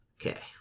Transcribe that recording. Okay